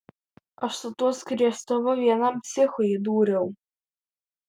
aš su tuo skriestuvu vienam psichui įdūriau